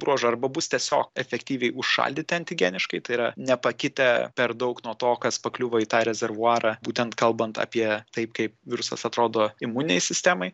bruožu arba bus tiesiog efektyviai užšaldyti antigeniškai tai yra nepakitę per daug nuo to kas pakliuvo į tą rezervuarą būtent kalbant apie tai kaip virusas atrodo imuninei sistemai